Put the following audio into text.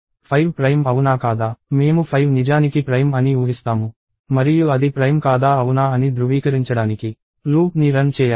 5 prime అవునా కాదా మేము 5 నిజానికి ప్రైమ్ అని ఊహిస్తాము మరియు అది ప్రైమ్ కాదా అవునా అని ధృవీకరించడానికి లూప్ని రన్ చేయాలి